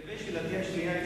לגבי שאלתי השנייה,